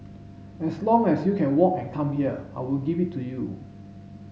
as long as you can walk and come here I will give it to you